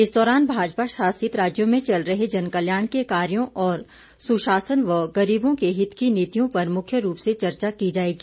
इस दौरान भाजपा शासित राज्यों में चल रहे जन कल्याण के कार्यों और सुशासन व गरीबों के हित की नीतियों पर मुख्य रूप से चर्चा की जाएगी